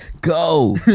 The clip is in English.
Go